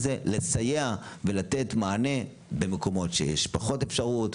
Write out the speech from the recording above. וזה לסייע ולתת מענה במקומות שיש פחות אפשרות,